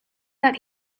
that